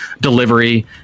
delivery